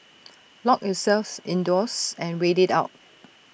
lock yourselves indoors and wait IT out